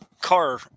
car